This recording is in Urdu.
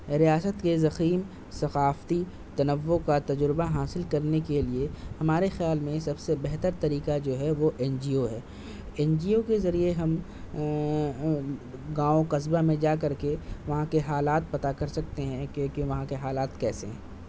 ریاست کے ضخیم ثقافتی تنوع کا تجربہ حاصل کرنے کے لیے ہمارے خیال میں سب سے بہتر طریقہ جو ہے وہ این جی او ہے این جی او کے ذریعے ہم گاؤں قصبہ میں جا کر کے وہاں کے حالات پتہ کر سکتے ہیں کہ وہاں کے حالات کیسے ہیں